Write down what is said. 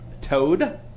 Toad